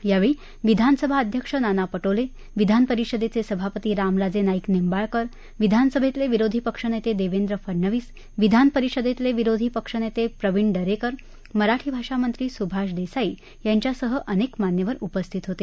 यावेळी विधानसभाध्यक्ष नाना पटोले विधान परिषदेचे सभापती रामराजे नाईक निंबाळकर विधानसभेतले विरोधी पक्षनेते देवेंद्र फडणवीस विधान परिषदेतले विरोधी पक्षनेते प्रवीण दरेकर मराठी भाषा मंत्री सुभाष देसाई यांच्यासह अनेक मान्यवर उपस्थित होते